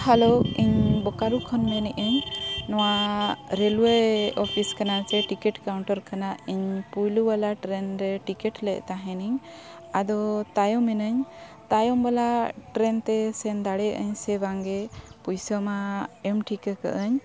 hello ᱤᱧ ᱵᱳᱠᱟᱨᱳ ᱠᱷᱚᱱ ᱢᱮᱱᱮᱜ ᱟᱹᱧ ᱱᱚᱣᱟ ᱨᱮᱞᱳᱭᱮ ᱚᱯᱷᱤᱥ ᱠᱟᱱᱟ ᱥᱮ ᱴᱤᱠᱤᱴ ᱠᱟᱣᱩᱱᱴᱟᱨ ᱠᱟᱱᱟ ᱤᱧ ᱯᱳᱭᱞᱳ ᱵᱟᱞᱟ ᱴᱨᱮᱱ ᱨᱮ ᱴᱤᱠᱤᱴ ᱞᱮᱫ ᱛᱟᱦᱮᱱᱤᱧ ᱟᱫᱚ ᱛᱟᱭᱚᱢᱤᱱᱟᱹᱧ ᱛᱟᱭᱚᱢ ᱵᱟᱞᱟ ᱴᱨᱮᱱ ᱛᱮ ᱥᱮᱱ ᱫᱟᱲᱮᱭᱟᱜ ᱟᱹᱧ ᱥᱮ ᱵᱟᱝᱜᱮ ᱯᱚᱭᱥᱟ ᱢᱟ ᱮᱢ ᱴᱷᱤᱠ ᱟᱹᱠᱟᱹᱜ ᱟᱹᱧ